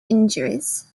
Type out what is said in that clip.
injuries